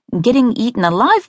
getting-eaten-alive